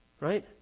right